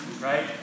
Right